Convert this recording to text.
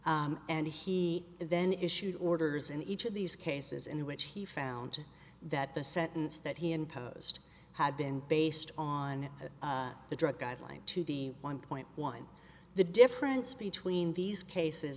s and he then issued orders in each of these cases in which he found that the sentence that he imposed had been based on the drug guideline to the one point one the difference between these cases